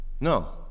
no